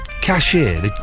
cashier